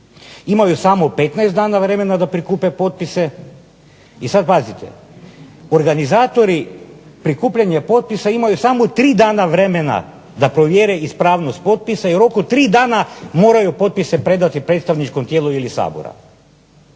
Imaju samo 15 dana vremena da prikupe potpise. I sad pazite, organizatori prikupljanja potpisa imaju samo tri dana vremena da provjere ispravnost potpisa i u roku tri dana moraju potpise predati predstavničkom tijelu ili Sabora.